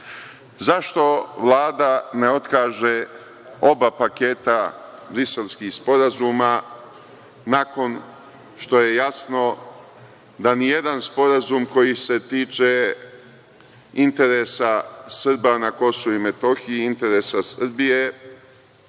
Zašto Vlada ne otkaže oba paketa Briselskih sporazuma nakon što je jasno da nijedan sporazum koji se tiče interesa Srba na Kosovu i Metohiji, interesa Srbije